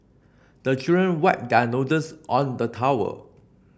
the children wipe their noses on the towel